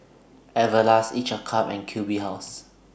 Everlast Each A Cup and Q B House